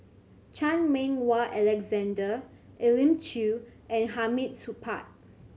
Chan Meng Wah Alexander Elim Chew and Hamid Supaat